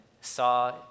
saw